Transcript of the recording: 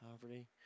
poverty